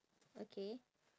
okay